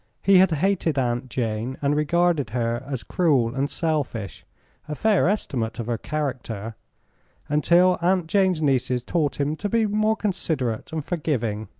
he had hated aunt jane, and regarded her as cruel and selfish a fair estimate of her character until aunt jane's nieces taught him to be more considerate and forgiving.